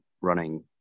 running